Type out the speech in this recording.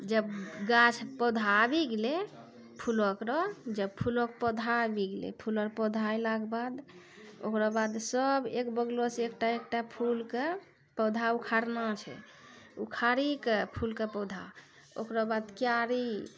जब गाछ पौधा आबि गेलै फुलोकरो जब फूलोक पौधा आबि गेलै फूलर पौधा अयलाके बाद ओकरा बाद सभ एक बगलोसँ एकटा एकटा फूलके पौधा उखाड़ना छै उखाड़ि कऽ फूलके पौधा ओकरो बाद क्यारी